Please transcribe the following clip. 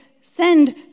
send